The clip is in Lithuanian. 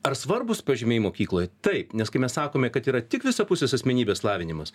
ar svarbūs pažymiai mokykloj taip nes kai mes sakome kad yra tik visapusės asmenybės lavinimas